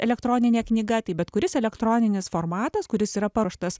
elektroninė knyga tai bet kuris elektroninis formatas kuris yra paruoštas